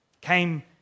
came